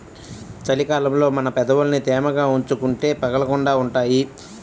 చలి కాలంలో మన పెదవులని తేమగా ఉంచుకుంటే పగలకుండా ఉంటాయ్